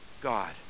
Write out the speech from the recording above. God